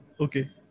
Okay